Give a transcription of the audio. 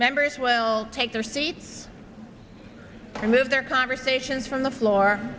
members will take their seats remove their conversations from the floor